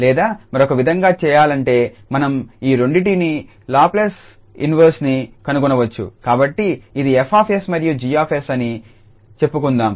లేదా మరొక విధంగా చేయాలంటే మనం ఈ రెండింటికి లాప్లేస్ ఇన్వర్స్ ని కనుగొనవచ్చుకాబట్టి ఇది F𝑠 మరియు 𝐺𝑠 అని చెప్పుకుందాం